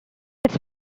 its